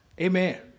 amen